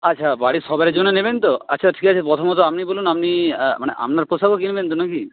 আচ্ছা বাড়ির সবারের জন্য নেবেন তো আচ্ছা ঠিক আছে প্রথমত আপনি বলুন আপনি মানে আপনার পোশাকও কিনবেন তো না কি